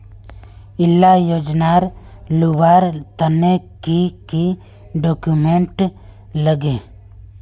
इला योजनार लुबार तने की की डॉक्यूमेंट लगे?